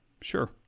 Sure